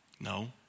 No